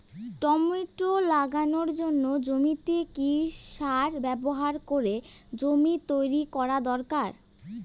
Tomato লাগানোর জন্য জমিতে কি সার ব্যবহার করে জমি তৈরি করা দরকার?